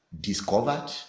discovered